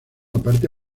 aparte